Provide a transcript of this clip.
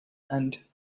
and